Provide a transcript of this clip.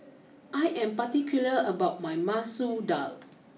I am particular about my Masoor Dal